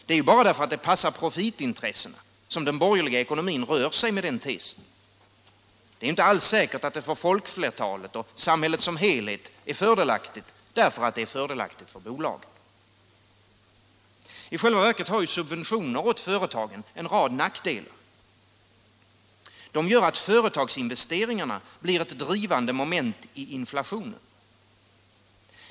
Det är ju bara därför att det passar profitintressena som den borgerliga ekonomin rör sig med den tesen. Det är inte alls säkert att det för folkflertalet och samhället som helhet är fördelaktigt därför att det är fördelaktigt för företagen. I själva verket har subventioner åt företagen en rad nackdelar. De gör att företagsinvesteringarna blir ett drivande moment i inflationen.